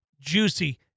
juicy